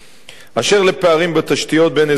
אשר לפערים בתשתיות בין אזורים שונים,